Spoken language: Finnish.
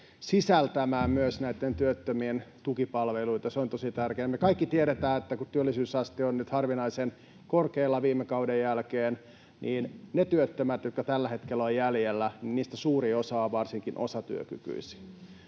sisältämään myös työttömien tukipalveluita. Se on tosi tärkeää. Me kaikki tiedetään, että kun työllisyysaste on nyt harvinaisen korkealla viime kauden jälkeen, niin niistä työttömistä, jotka tällä hetkellä ovat jäljellä, suurin osa on varsinkin osatyökykyisiä.